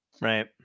Right